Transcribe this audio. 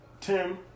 Tim